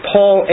Paul